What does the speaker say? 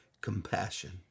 Compassion